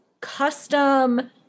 custom